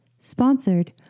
sponsored